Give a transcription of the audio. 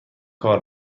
کار